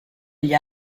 gli